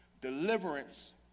deliverance